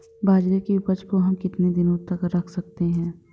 बाजरे की उपज को हम कितने दिनों तक रख सकते हैं?